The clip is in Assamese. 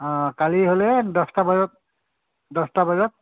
কালি হ'লে দহটা বজাত দহটা বজাত